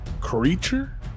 creature